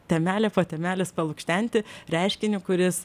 temelė po temelės palukštenti reiškinį kuris